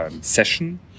Session